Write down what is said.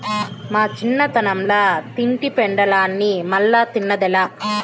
మా చిన్నతనంల తింటి పెండలాన్ని మల్లా తిన్నదేలా